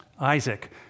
Isaac